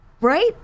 Right